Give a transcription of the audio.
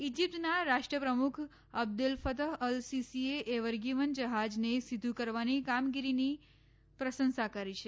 ઈજિપ્તના રાષ્ટ્ર પ્રમુખ Abdel Fattah al સીસીએ એવર ગીવન જહાજને સીધુ કરવાની કામગીરીની પ્રશંસા કરી છે